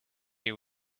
you